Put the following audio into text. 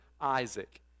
Isaac